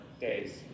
days